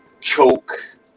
choke